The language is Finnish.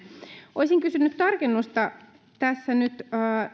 olisin kysynyt tarkennusta